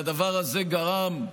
והדבר הזה גרם,